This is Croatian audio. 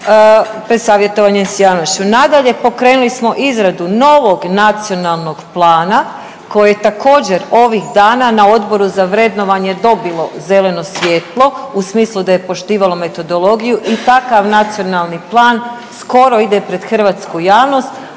e-savjetovanjem s javnošću. Nadalje, pokrenuli smo izradu novog nacionalnog plana koje je također ovih dana na Odboru za vrednovanje dobilo zeleno svjetlo u smislu da je poštivalo metodologiju i takav nacionalni plan skoro ide pred hrvatsku javnost,